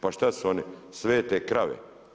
Pa šta su one svete krave?